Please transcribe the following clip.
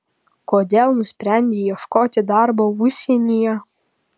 kodėl nusprendei ieškoti darbo užsienyje